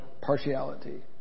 Partiality